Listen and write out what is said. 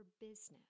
business